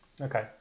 Okay